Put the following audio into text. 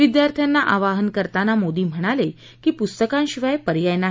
विद्यार्थ्याना आवाहन करताना मोदी म्हणाले की पुस्तकांशिवाय पर्याय नाही